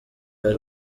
ari